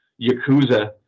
yakuza